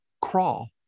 crawl